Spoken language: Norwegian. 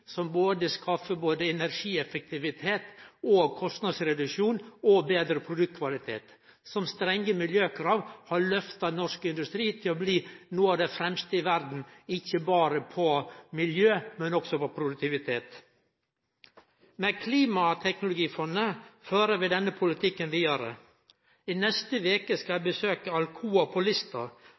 som både skaffar energieffektivitet, kostnadsreduksjon og betre produktkvalitet. Strenge miljøkrav har løfta norsk industri til å bli ein av dei fremste i verda – ikkje berre på miljø, men også på produktivitet. Med klimateknologifondet fører vi denne politikken vidare. I neste veke skal eg besøke